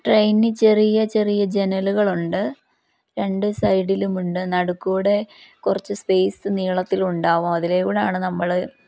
train ചെറിയ ചെറിയ ജനലുകളുണ്ട് രണ്ട് സൈഡിലുമുണ്ട് നടുവിൽക്കൂടെ കുറച്ച് സ്പേസ് നീളത്തിലും ഉണ്ടാവും അതിലൂടെയാണ് നമ്മൾ